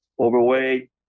overweight